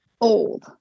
old